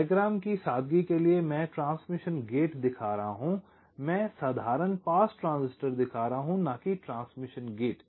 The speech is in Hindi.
डायग्राम की सादगी के लिए मैं ट्रांसमिशन गेट दिखा रहा हूं मैं साधारण पास ट्रांजिस्टर दिखा रहा हूं न कि ट्रांसमिशन गेट